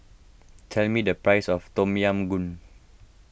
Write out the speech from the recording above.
tell me the price of Tom Yam Goong